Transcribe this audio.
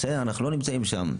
אנחנו לא נמצאים שם,